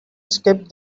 skip